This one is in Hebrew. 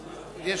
בסדר-היום.